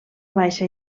baixa